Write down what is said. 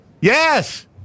Yes